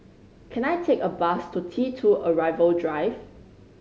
can I take a bus to T Two Arrival Drive